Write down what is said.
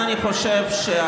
נא לא להפריע.